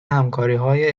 همکاریهای